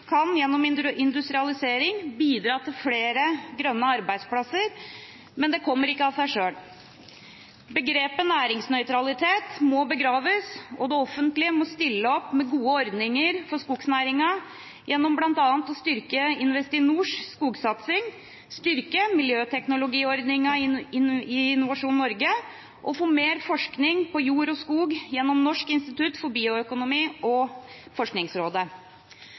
kan gjennom industrialisering bidra til flere grønne arbeidsplasser, men det kommer ikke av seg selv. Begrepet «næringsnøytralitet» må begraves, og det offentlige må stille opp med gode ordninger for skognæringen gjennom bl.a. å styrke Investinors skogsatsing, styrke miljøteknologiordningen i Innovasjon Norge og få mer forskning på jord og skog gjennom Norsk institutt for bioøkonomi og Forskningsrådet.